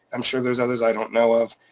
i'm sure there's others i don't know of,